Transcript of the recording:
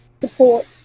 support